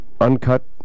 uncut